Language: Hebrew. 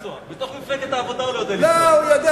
בתוך מפלגת העבודה הוא לא יודע לנסוע.